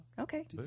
Okay